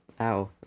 Ow